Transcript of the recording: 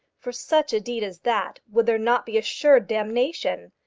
for such a deed as that would there not be assured damnation?